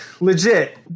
Legit